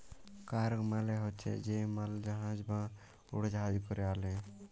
cargo মালে হছে যে মালজাহাজ বা উড়জাহাজে ক্যরে আলে